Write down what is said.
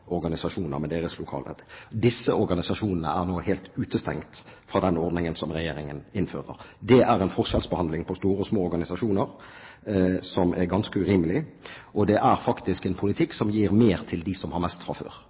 organisasjoner med deres lokalledd. Disse organisasjonene er nå helt utestengt fra den ordningen som Regjeringen innfører. Det er en forskjellsbehandling av store og små organisasjoner som er ganske urimelig, og det er faktisk en politikk som gir mer til dem som har mest fra før.